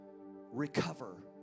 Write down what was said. recover